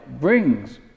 brings